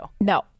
No